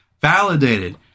validated